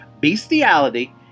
bestiality